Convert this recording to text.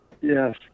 Yes